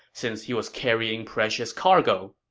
since he was carrying precious cargo.